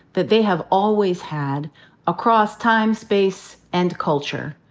that they have always had across time, space, and culture,